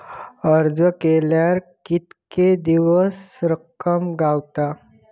अर्ज केल्यार कीतके दिवसात रक्कम गावता?